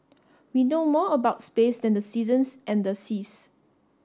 we know more about space than the seasons and the seas